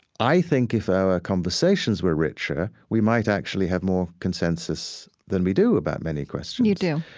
i think, if our conversations were richer, we might actually have more consensus than we do about many questions you do?